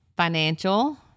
Financial